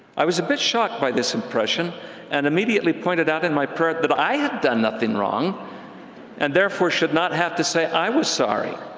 i was a bit shocked by this impression and immediately pointed out in my prayer that i had done nothing wrong and therefore should not have to say i was sorry.